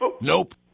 Nope